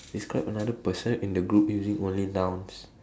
describe another person in the group using only nouns